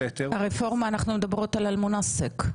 --- הרפורמה, אנחנו מדברות על אל מונסק?